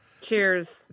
Cheers